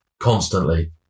constantly